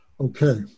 Okay